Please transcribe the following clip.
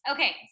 Okay